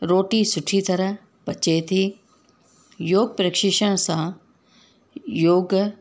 रोटी सुठी तरह पचे थी योग प्रशिक्षण सां योग